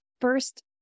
first